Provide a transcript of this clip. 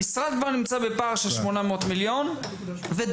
המשרד כבר נמצא בפער של 800 מיליון --- לא,